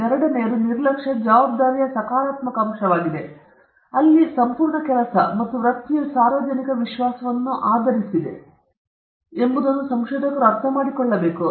ಎರಡನೆಯದು ಜವಾಬ್ದಾರಿಯ ಸಕಾರಾತ್ಮಕ ಅಂಶವಾಗಿದೆ ಅಲ್ಲಿ ಅವರ ಸಂಪೂರ್ಣ ಕೆಲಸ ಮತ್ತು ವೃತ್ತಿಯು ಸಾರ್ವಜನಿಕ ವಿಶ್ವಾಸವನ್ನು ಆಧರಿಸಿದೆ ಎಂದು ಸಂಶೋಧಕರು ಅರ್ಥಮಾಡಿಕೊಳ್ಳಬೇಕು